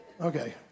Okay